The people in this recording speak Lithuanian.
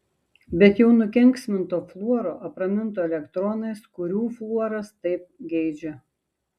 bet jau nukenksminto fluoro apraminto elektronais kurių fluoras taip geidžia